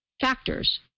factors